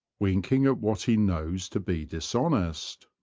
winking at what he knows to be dishonest.